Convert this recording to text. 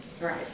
Right